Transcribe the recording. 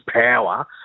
power